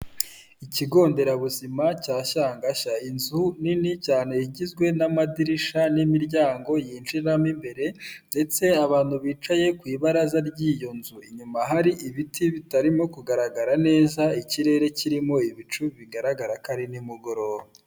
Ikigo nderabuzima cya Shagasha, inzu nini cyane igizwe n'amadirishya n'imiryango yinjiramo imbere ndetse abantu bicaye ku ibaraza ry'iyo nzu, inyuma hari ibiti bitarimo kugaragara neza, ikirere kirimo ibicu bigaragara kare ni mugoroba.